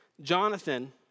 Jonathan